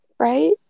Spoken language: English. Right